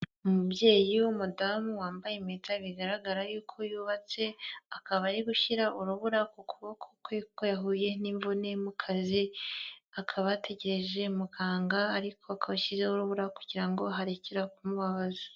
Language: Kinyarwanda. Umubyeyi w'umudamu wambaye impeta, bigaragara yuko yubatse, akaba ari gushyira urubura ku kuboko kwe kuko yahuye n'imvune mu kazi, akaba ategereje muganga, ariko akaba ashyizeho urubura kugira ngo harekere aho kumubabaza.